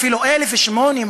אפילו 1,800,